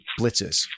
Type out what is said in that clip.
blitzes